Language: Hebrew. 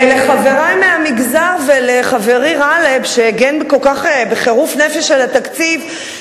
לחברי מהמגזר ולחברי גאלב שהגן כל כך בחירוף נפש על התקציב,